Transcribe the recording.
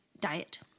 diet